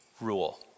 rule